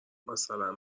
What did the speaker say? مثلا